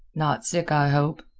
not sick, i hope.